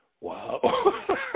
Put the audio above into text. wow